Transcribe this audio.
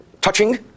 touching